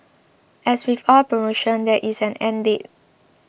as with all promotions there is an end date